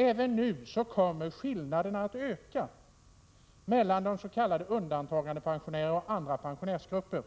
Även nu kommer skillnaderna att öka mellan de s.k. undantagandepensionärerna och andra pensionärsgrupper,